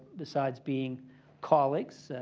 besides being colleagues.